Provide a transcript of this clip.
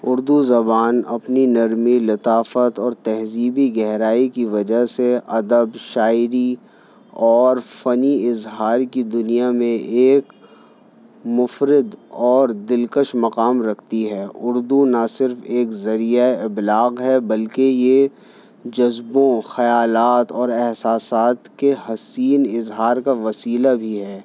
اردو زبان اپنی نرمی لطافت اور تہذیبی گہرائی کی وجہ سے ادب شاعری اور فنی اظہار کی دنیا میں ایک منفرد اور دلکش مقام رکھتی ہے اردو نہ صرف ایک ذریعہ ابلاغ ہے بلکہ یہ جذبوں خیالات اور احساسات کے حسین اظہار کا وسیلہ بھی ہے